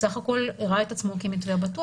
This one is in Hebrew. בסך הכול הראה את עצמו כמתווה בטוח.